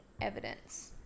evidence